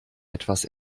etwas